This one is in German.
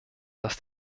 dass